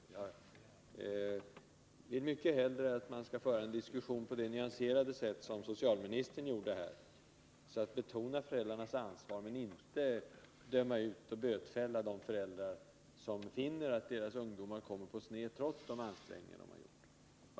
Jag vill mycket hellre att man för en diskussion på det nyanserade sätt som socialministern gjorde, dvs. att betona föräldrarnas ansvar, men inte döma ut eller bötfälla de föräldrar som finner, att deras ungdomar kommer på sned trots alla ansträngningar.